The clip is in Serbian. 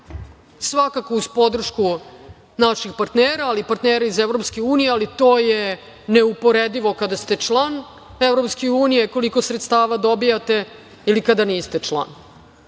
Svakako, uz podršku naših partnera, ali i partnera iz EU, ali to je neuporedivo kada ste član EU koliko sredstava dobijate ili kada niste član,